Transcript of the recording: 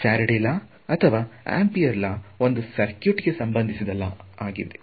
Faraday law ಅಥವಾ Ampere law ಒಂದು circuit ಗೆ ಸಂಬಂಧಿಸಿ ಲಾ ಆಗಿದೆ